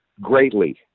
greatly